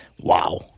wow